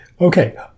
okay